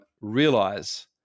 realize